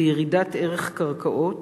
בירידת ערך קרקעות,